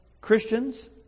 Christians